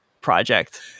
project